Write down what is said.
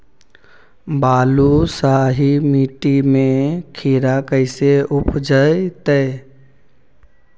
बालुसाहि मट्टी में खिरा कैसे उपजतै?